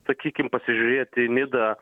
sakykim pasižiūrėti į nidą